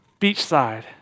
beachside